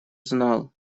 знал